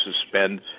suspend